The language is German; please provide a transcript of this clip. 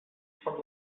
von